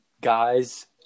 Guys